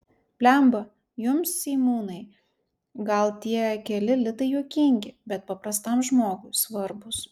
blemba jums seimūnai gal tie keli litai juokingi bet paprastam žmogui svarbūs